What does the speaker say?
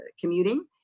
commuting